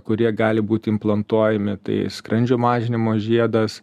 kurie gali būt implantuojami tai skrandžio mažinimo žiedas